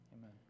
Amen